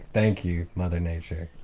thank you, mother nature.